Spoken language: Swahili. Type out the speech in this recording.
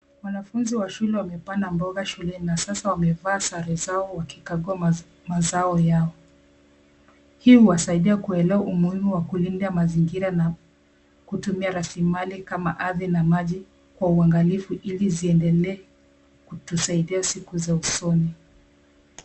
Manafunzi wa shule wamepanda mboga shule na sasa wamevaa sare zao wakikagua mazao yao. Hii huwasaidia kuelewa umuhimu wa kulinda mazingira na kutumia rasilimali kama ardhi na maji kwa uangalifu ili ziendelee kutusaidia siku za usoni.